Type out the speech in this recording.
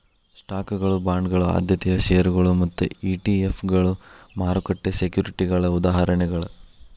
ಸ್ಟಾಕ್ಗಳ ಬಾಂಡ್ಗಳ ಆದ್ಯತೆಯ ಷೇರುಗಳ ಮತ್ತ ಇ.ಟಿ.ಎಫ್ಗಳ ಮಾರುಕಟ್ಟೆ ಸೆಕ್ಯುರಿಟಿಗಳ ಉದಾಹರಣೆಗಳ